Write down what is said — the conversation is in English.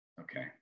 Okay